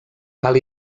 cal